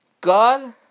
God